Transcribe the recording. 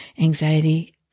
anxiety